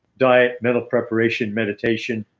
diet mental preparation, meditation,